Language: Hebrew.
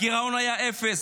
הגירעון היה אפס,